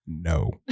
no